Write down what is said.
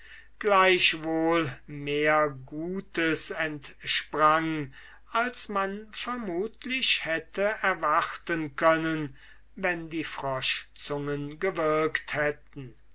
gleichwohl mehr gutes entsprang als man vermutlich hätte erwarten können wenn die froschzungen gewirkt hätten